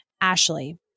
Ashley